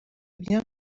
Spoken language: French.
bien